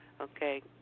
Okay